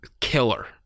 killer